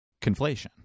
conflation